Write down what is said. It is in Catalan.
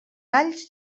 alls